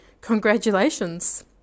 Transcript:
congratulations